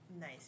nice